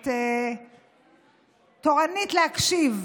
את תורנית להקשיב.